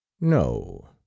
no